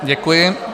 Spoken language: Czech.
Děkuji.